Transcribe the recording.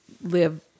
live